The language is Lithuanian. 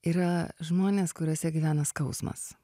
yra žmonės kuriuose gyvena skausmas